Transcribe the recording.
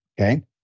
okay